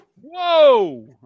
Whoa